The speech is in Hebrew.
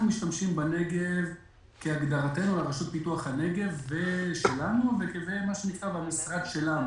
אנחנו משתמשים בנגב כהגדרתנו לרשות לפיתוח הנגב וזה במשרד שלנו,